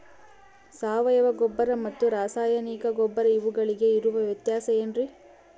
ಸಾವಯವ ಗೊಬ್ಬರ ಮತ್ತು ರಾಸಾಯನಿಕ ಗೊಬ್ಬರ ಇವುಗಳಿಗೆ ಇರುವ ವ್ಯತ್ಯಾಸ ಏನ್ರಿ?